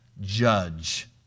judge